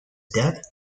death